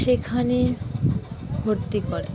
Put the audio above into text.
সেখানে ভর্তি করে